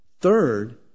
Third